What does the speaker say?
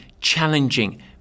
challenging